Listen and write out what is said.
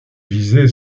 visée